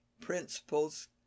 principles